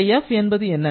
இந்த F என்பது என்ன